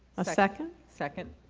a second? second.